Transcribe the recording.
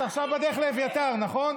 את עכשיו בדרך לאביתר, נכון?